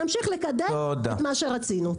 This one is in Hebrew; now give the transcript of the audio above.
נמשיך לקדם מה שרצינו.